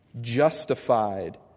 justified